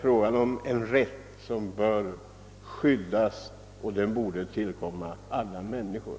Rätten till en bostad bör skyddas, och den borde tillkomma alla människor.